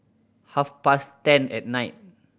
half past ten at night